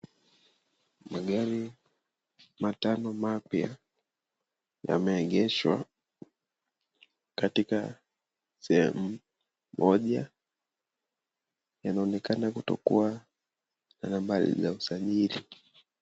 Magari matano mapya, yameegeshwa katika sehemu moja. Yanaonekana kutokua na nambari za usajili.